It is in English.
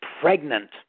pregnant